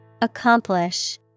Accomplish